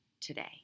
today